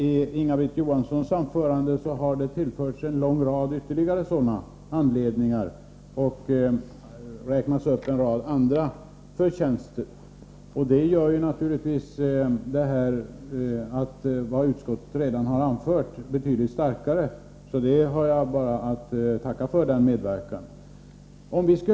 I sitt anförande framhöll Inga-Britt Johansson ytterligare sådana anledningar och räknade upp andra förtjänster. Detta gör naturligtvis vad utskottet redan har skrivit betydligt starkare. För jag har bara att tacka för Inga-Britt Johanssons medverkan.